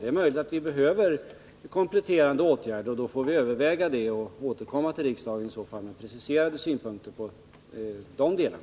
Det är möjligt att vi behöver kompletterande åtgärder, och då får vi diskutera de problemen och återkomma till riksdagen i den här frågan.